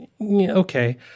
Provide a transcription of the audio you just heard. okay